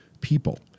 people